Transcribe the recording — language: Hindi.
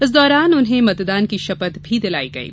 इस दौरान उन्हें मतदान की शपथ भी दिलाई गई